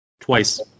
Twice